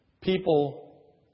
People